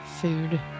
food